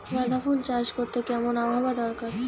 গাঁদাফুল চাষ করতে কেমন আবহাওয়া দরকার?